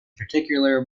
particular